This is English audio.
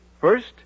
First